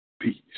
Peace